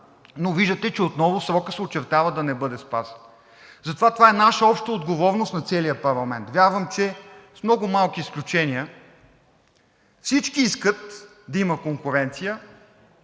но виждате, че отново срокът се очертава да не бъде спазен. Това е наша обща отговорност – на целия парламент. Вярвам, че с много малки изключения всички искат да има конкуренция,